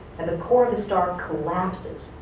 and the core of the star collapses,